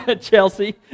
Chelsea